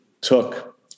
took